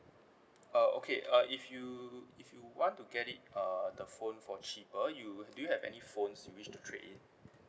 uh okay uh if you if you want to get it uh the phone for cheaper you do you have any phones you wish to trade in